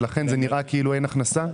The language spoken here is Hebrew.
ולכן נראה כאילו אין הכנסה?